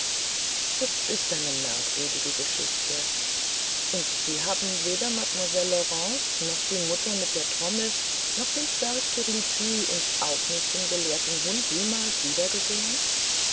das ist die ganze merkwürdige geschichte und sie haben weder mademoiselle laurence noch die mutter mit der trommel noch den zwerg türlütü und auch nicht den gelehrten hund jemals wiedergesehn